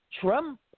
Trump